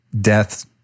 death